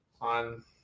On